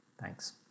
Thanks